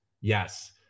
yes